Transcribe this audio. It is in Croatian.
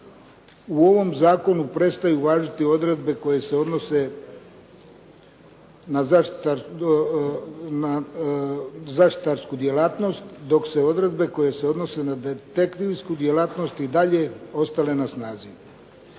u ovom zakonu prestaju važiti odredbe koje se odnose na zaštitarsku djelatnost dok se odredbe koje se odnose na detektivsku djelatnost i dalje ostaje na snazi.